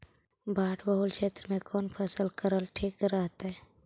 बाढ़ बहुल क्षेत्र में कौन फसल करल ठीक रहतइ?